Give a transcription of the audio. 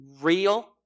real